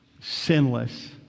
sinless